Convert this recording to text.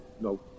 no